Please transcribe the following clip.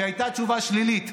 שהייתה תשובה שלילית,